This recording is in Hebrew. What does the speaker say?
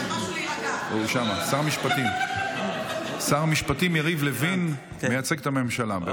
שר המשפטים יריב לוין מייצג את הממשלה.